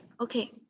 okay